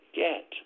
get